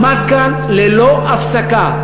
עמד כאן ללא הפסקה.